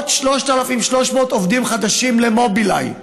עוד 3,300 עובדים חדשים למובילאיי,